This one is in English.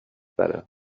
better